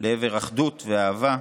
לעבר אחדות ואהבה,